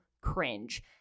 cringe